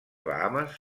bahames